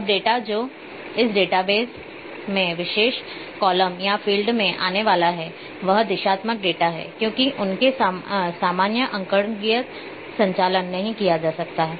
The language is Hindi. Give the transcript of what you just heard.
अब डेटा जो इस डेटाबेस में विशेष कॉलम या फ़ील्ड में आने वाला है वह दिशात्मक डेटा है क्योंकि उनके सामान्य अंकगणितीय संचालन नहीं किए जा सकते हैं